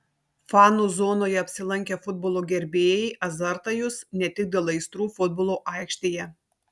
fanų zonoje apsilankę futbolo gerbėjai azartą jus ne tik dėl aistrų futbolo aikštėje